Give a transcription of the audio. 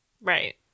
Right